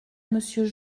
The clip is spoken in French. monsieur